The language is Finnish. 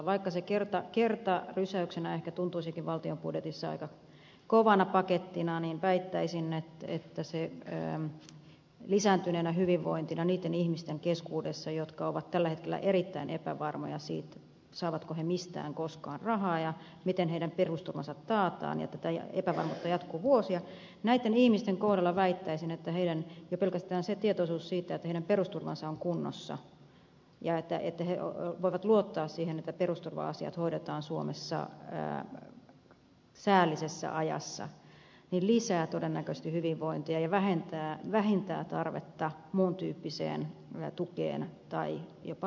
vaikka se kertarysäyksenä ehkä tuntuisikin valtion budjetissa aika kovana pakettina niin väittäisin että niitten ihmisten keskuudessa jotka ovat tällä hetkellä erittäin epävarmoja siitä saavatko he mistään koskaan rahaa ja miten heidän perusturvansa taataan ja tätä epävarmuutta jatkuu vuosia jo pelkästään tietoisuus siitä että heidän perusturvansa on kunnossa ja että he voivat luottaa siihen että perusturva asiat hoidetaan suomessa säällisessä ajassa lisää todennäköisesti hyvinvointia ja vähentää tarvetta muun tyyppiseen tukeen tai jopa lääkehoitoon